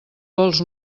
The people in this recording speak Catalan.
vols